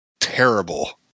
terrible